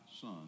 son